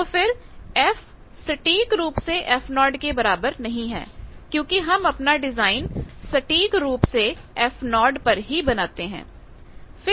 तो फिर f सटीक रूप से fo के बराबर नहीं है क्योंकि हम अपना डिजाइन सटीक रूप से fo पर ही बनाते हैं